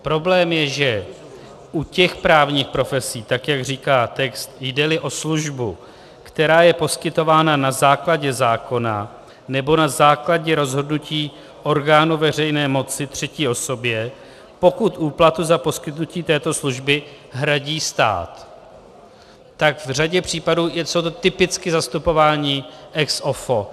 Problém je, že u těch právních profesí, tak jak říká text, jdeli o službu, která je poskytována na základě zákona nebo na základě rozhodnutí orgánu veřejné moci třetí osobě, pokud úplatu za poskytnutí této služby hradí stát, tak v řadě případů jsou to typicky zastupování ex offo.